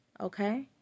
okay